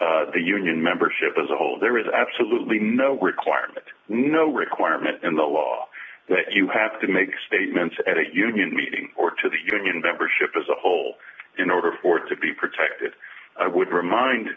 the union membership as a whole there is absolutely no requirement no requirement in the law that you have to make statements at a union meeting or to the union membership as a whole in order for it to be protected i would remind